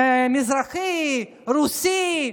מזרחי, רוסי,